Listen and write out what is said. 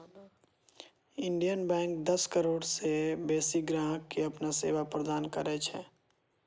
Indian Bank दस करोड़ सं बेसी ग्राहक कें अपन सेवा प्रदान करै छै